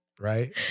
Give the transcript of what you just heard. right